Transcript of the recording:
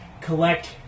Collect